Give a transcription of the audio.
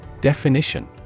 Definition